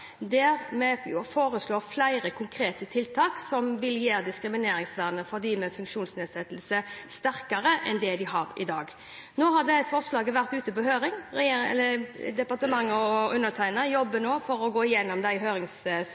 der vi foreslår flere konkrete tiltak som vil gjøre diskrimineringsvernet for dem med funksjonsnedsettelse sterkere enn det de har i dag. Forslaget har vært ute på høring, og departementet og undertegnede jobber nå for å gå igjennom